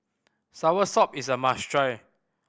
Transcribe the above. soursop is a must try